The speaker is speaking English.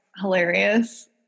hilarious